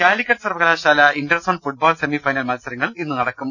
കാലിക്കറ്റ് സർവകലാശാല interzone football semifinal മത്സരങ്ങൾ ഇന്ന് നടക്കും